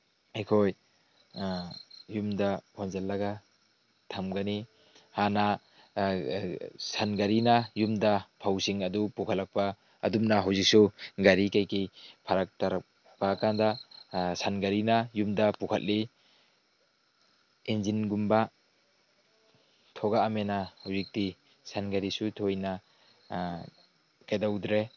ꯑꯩꯈꯣꯏ ꯌꯨꯝꯗ ꯍꯣꯟꯖꯤꯜꯂꯒ ꯊꯝꯒꯅꯤ ꯍꯥꯟꯅ ꯁꯟꯒꯥꯔꯤꯅ ꯌꯨꯝꯗ ꯐꯧꯁꯤꯡ ꯑꯗꯨ ꯄꯨꯈꯠꯂꯛꯄ ꯑꯗꯨꯝꯅ ꯍꯧꯖꯤꯛꯁꯨ ꯒꯥꯔꯤ ꯀꯩ ꯀꯩ ꯐꯔꯛ ꯇꯥꯔꯛꯄꯀꯥꯟꯗ ꯁꯟꯒꯥꯔꯤꯅ ꯌꯨꯝꯗ ꯄꯨꯈꯠꯂꯤ ꯏꯟꯖꯤꯟꯒꯨꯝꯕ ꯊꯣꯛꯂꯛꯑꯕꯅꯤꯅ ꯍꯧꯖꯤꯛꯇꯤ ꯁꯟ ꯒꯥꯔꯤꯁꯨ ꯊꯣꯏꯅ ꯀꯩꯗꯧꯗ꯭ꯔꯦ